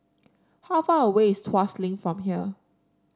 how far away is Tuas Link from here